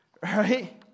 Right